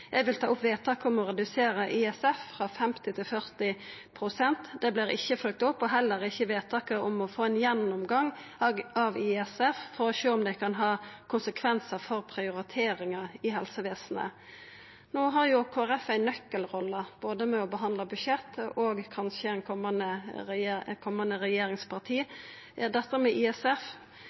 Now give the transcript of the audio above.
Eg vil ta opp vedtaket om å redusera ISF, innsatsstyrt finansiering, frå 50 pst. til 40 pst. Det vert ikkje følgt opp. Det vert heller ikkje vedtaket om å få ein gjennomgang av ISF for å sjå om det kan ha konsekvensar for prioriteringane i helsevesenet. No har Kristeleg Folkeparti ei nøkkelrolle, både når det gjeld å behandle budsjett, og kanskje som eit komande regjeringsparti. Når det gjeld ISF,